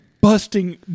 busting